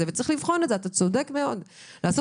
צריך לבחון את זה אתה צודק מאוד שצריך לעשות